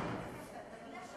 המזכירות תחליט איך להתייחס